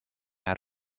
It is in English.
out